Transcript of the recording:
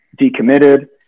decommitted